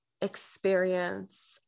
experience